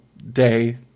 day